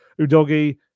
Udogi